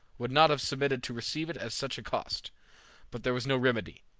would not have submitted to receive it at such a cost but there was no remedy.